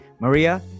maria